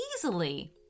easily